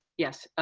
yes,